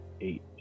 eight